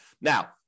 Now